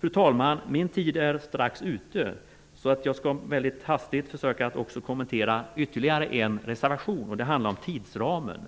Fru talman! Min tid är strax ute så jag skall försöka att mycket hastigt också kommentera ytterligare en reservation. Den handlar om tidsramen.